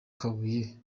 kabuye